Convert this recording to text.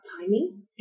timing